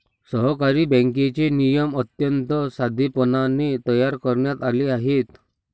सहकारी बँकेचे नियम अत्यंत साधेपणाने तयार करण्यात आले आहेत